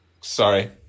sorry